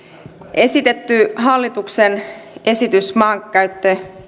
esitetty hallituksen esitys maankäyttö